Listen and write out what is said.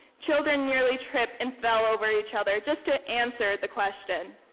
children nearly tripped and fell over each other just to answer the question.